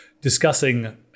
discussing